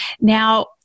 Now